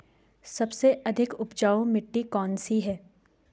सबसे अधिक उपजाऊ मिट्टी कौन सी है?